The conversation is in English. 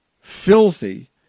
filthy